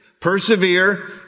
persevere